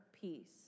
peace